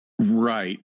Right